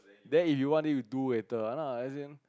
then if you want then you do later ya lah as in